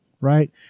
right